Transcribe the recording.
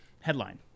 headline